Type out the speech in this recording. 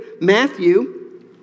Matthew